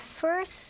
first